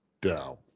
down